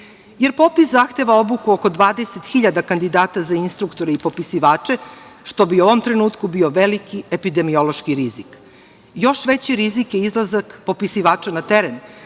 terenu. Popis zahteva obuku oko 20.000 kandidata za instruktore i popisivače, što u ovom trenutku bio veliki epidemiološki rizik. Još veći rizik je izlazak popisivača na teren